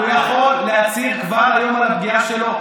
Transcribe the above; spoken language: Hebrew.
הוא יכול להצהיר כבר היום על הפגיעה שלו.